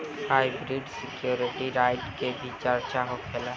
hybrid security के अंतर्गत ownership right के भी चर्चा होखेला